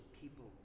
people